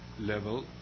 level